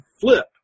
flip